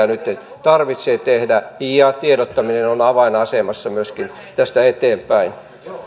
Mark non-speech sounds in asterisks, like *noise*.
*unintelligible* nyt tarvitsee tehdä ja tiedottaminen on avainasemassa myöskin tästä eteenpäin